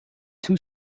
two